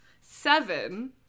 seven